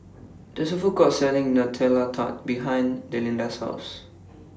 There IS A Food Court Selling Nutella Tart behind Delinda's House